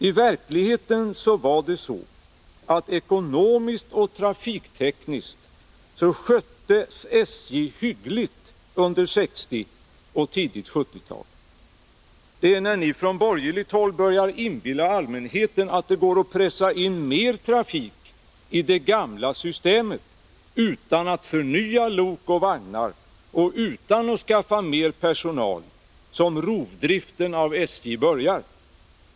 I verkligheten var det så att ekonomiskt och trafiktekniskt sköttes SJ hyggligt under 1960-talet och tidigt 1970-tal. Men när ni från borgerligt håll började inbilla allmänheten att det går att pressa in mer trafik i det gamla systemet utan att förnya lok och vagnar och utan att skaffa mer personal var det som rovdriften på SJ började.